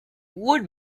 would